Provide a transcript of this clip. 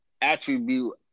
attribute